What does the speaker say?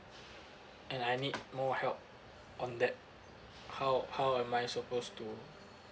and I need more help on that how how am I supposed to